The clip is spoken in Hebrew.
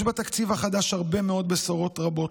יש בתקציב החדש הרבה מאוד בשורות רבות,